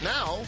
Now